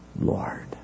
Lord